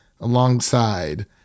alongside